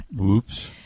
Oops